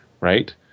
right